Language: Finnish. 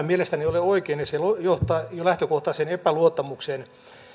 mielestäni ole oikein ja se johtaa jo lähtökohtaiseen epäluottamukseen